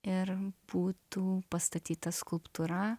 ir būtų pastatyta skulptūra